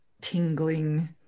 tingling